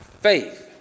faith